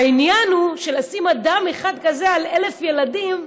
העניין הוא שלשים אדם אחד כזה על 1,000 ילדים,